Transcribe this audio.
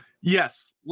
Yes